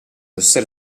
essere